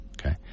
okay